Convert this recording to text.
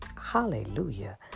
Hallelujah